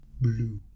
blue